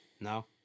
No